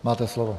Máte slovo.